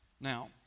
now